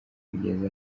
bigeze